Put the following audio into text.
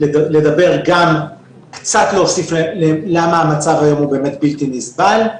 לדבר גם ולהוסיף לסיבה שבגללה המצב היום הוא באמת בלתי נסבל,